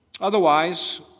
Otherwise